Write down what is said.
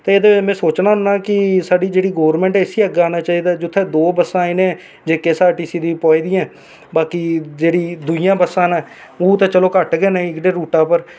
ते एह् में सोचना होन्ना कि एह् साढ़ी जेह्ड़ी गोरमैंट ऐ इस्सी अग्गें आना चाहिदा जित्थें दो बस्सां इ'नें जेकेएसआरटीसी दियां पोआदियां न बाकी जेह्ड़ी दूई बस्सां न ओह् ते घट्ट गै न नेईं दे बराबर